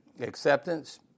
acceptance